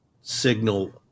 signal